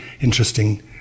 interesting